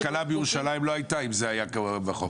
קלה בירושלים לא הייתה אם זה היה בחוק.